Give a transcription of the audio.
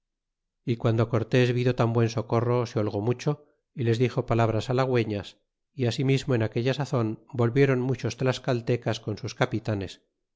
y guando cortés vido tan buen socorro se holgó mucho y les dixo palabras halagüeñas y asimismo en aquella sazon volvieron muchos tlascallecas con sus capitanes